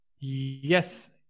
yes